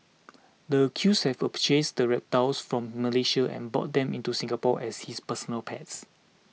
the accused had purchased the reptiles from Malaysia and brought them into Singapore as his personal pets